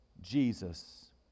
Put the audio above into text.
jesus